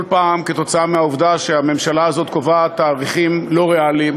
כל פעם בשל העובדה שהממשלה הזאת קובעת תאריכים לא ריאליים.